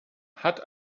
hat